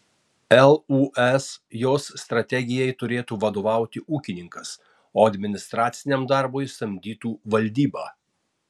lūs jos strategijai turėtų vadovauti ūkininkas o administraciniam darbui samdytų valdybą